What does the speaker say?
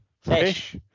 fish